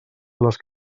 les